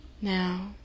now